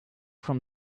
from